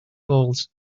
bowls